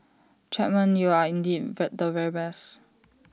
Chapman you are indeed the very best